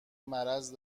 مرض